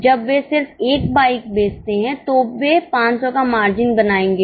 जब वे सिर्फ 1 बाइक बेचते हैं तो वे 500 का मार्जिन बनाएंगे